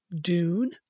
DUNE